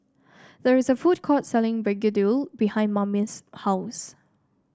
there is a food court selling begedil behind Mamie's house